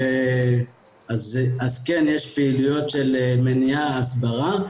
אז כן, יש פעילות של מניעה והסברה.